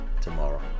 tomorrow